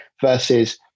versus